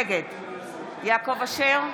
נגד יעקב אשר,